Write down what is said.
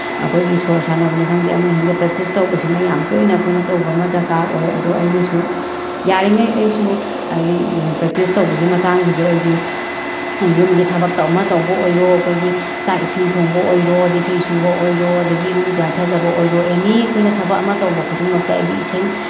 ꯑꯩꯈꯣꯏꯒꯤ ꯁꯣꯔ ꯁꯥꯟꯅꯕꯅꯤ ꯈꯪꯗꯦ ꯑꯃꯅꯤ ꯈꯪꯗꯦ ꯄ꯭ꯔꯦꯛꯇꯤꯁ ꯇꯧꯕꯁꯤ ꯑꯃ ꯌꯥꯝ ꯇꯣꯏꯅ ꯑꯩꯈꯣꯏꯅ ꯇꯧꯕ ꯑꯃ ꯗꯔꯀꯥꯔ ꯑꯣꯏ ꯑꯗꯣ ꯑꯩꯅꯁꯨ ꯌꯥꯔꯤꯉꯩ ꯑꯩꯁꯨ ꯄ꯭ꯔꯦꯛꯇꯤꯁ ꯇꯧꯕꯒꯤ ꯃꯇꯥꯡꯁꯤꯗꯤ ꯑꯩꯗꯤ ꯌꯨꯝꯒꯤ ꯊꯕꯛ ꯑꯃ ꯇꯧꯕ ꯑꯣꯏꯔꯣ ꯑꯩꯈꯣꯏꯒꯤ ꯆꯥꯛ ꯏꯁꯤꯡ ꯊꯣꯡꯕ ꯑꯣꯏꯔꯣ ꯑꯗꯒꯤ ꯐꯤ ꯁꯨꯕ ꯑꯣꯏꯔꯣ ꯑꯗꯒꯤ ꯏꯔꯨꯖ ꯃꯥꯏꯊꯖꯕ ꯑꯣꯏꯔꯣ ꯑꯦꯅꯤ ꯑꯩꯈꯣꯏꯅ ꯊꯕꯛ ꯑꯃ ꯇꯧꯕ ꯈꯨꯗꯤꯡꯃꯛꯇ ꯑꯩꯗꯤ